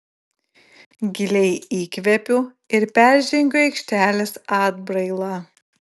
giliai įkvepiu ir peržengiu aikštelės atbrailą